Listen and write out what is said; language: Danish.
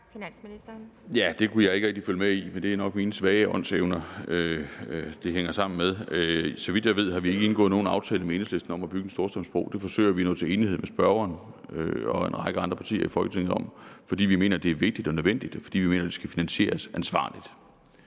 Det kunne jeg ikke rigtig følge med i. Det hænger nok sammen med mine svage åndsevner. Så vidt jeg ved, har vi ikke indgået nogen aftale med Enhedslisten om at bygge en Storstrømsbro. Det forsøger vi at nå til enighed med spørgerens parti og en række andre partier i Folketinget om, fordi vi mener, at det er vigtigt og nødvendigt, og fordi vi mener, at det skal finansieres ansvarligt.